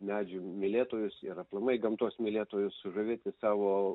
medžių mylėtojus ir aplamai gamtos mylėtojus sužavėti savo